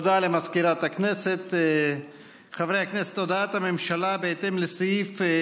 דברי הכנסת י / מושב ראשון / ישיבה כ"ב / ז'